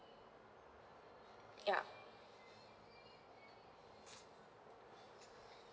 ya